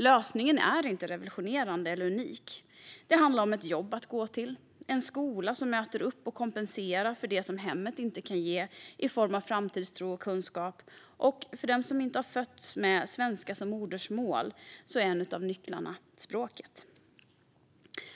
Lösningen är inte revolutionerande eller unik. Det handlar om ett jobb att gå till, en skola som möter upp och kompenserar för det som hemmet inte kan ge i form av framtidstro och kunskap. Och för dem som inte har fötts med svenska som modersmål är en av nycklarna språket.